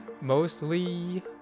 mostly